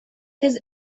his